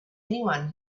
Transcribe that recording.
anyone